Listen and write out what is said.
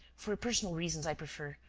for personal reasons, i prefer.